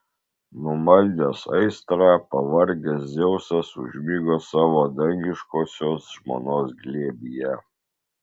numaldęs aistrą pavargęs dzeusas užmigo savo dangiškosios žmonos glėbyje